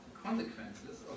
consequences